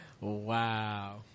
Wow